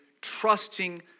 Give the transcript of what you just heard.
trusting